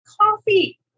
Coffee